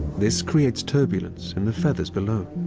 this creates turbulence in the feathers below.